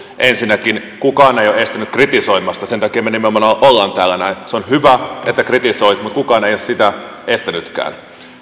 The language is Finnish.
ensinnäkin kukaan ei ole estänyt kritisoimasta sen takia me nimenomaan olemme täällä näin se on hyvä että kritisoitte mutta kukaan ei ole sitä estänytkään